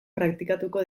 praktikatuko